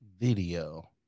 video